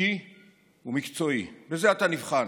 ערכי ומקצועי, בזה אתה נבחן.